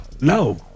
No